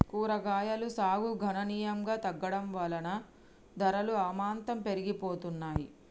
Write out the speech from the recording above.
కూరగాయలు సాగు గణనీయంగా తగ్గడం వలన ధరలు అమాంతం పెరిగిపోతున్నాయి